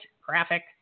graphic